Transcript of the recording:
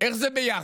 איך זה "ביחד",